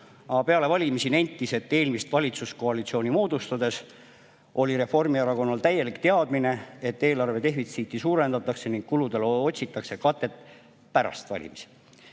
peale valimisi nentis, et eelmist valitsuskoalitsiooni moodustades oli Reformierakonnal täielik teadmine, et eelarvedefitsiiti suurendatakse ning kuludele otsitakse katet pärast valimisi.